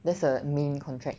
that's the main contract